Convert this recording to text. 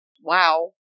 Wow